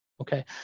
okay